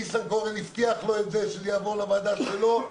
פורר שניסנקורן הבטיח לו שזה יעבור לוועדה שלו.